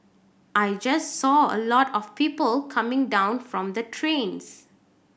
I just saw a lot of people coming down from the trains